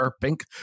pink